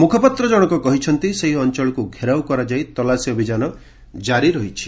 ମୁଖପାତ୍ର ଜଣଙ୍କ କହିଚ୍ଚନ୍ତି ସେହି ଅଞ୍ଚଳକୁ ଘେରାଉ କରାଯାଇ ତଲାସୀ ଅଭିଯାନ ଜାରି ରହିଛି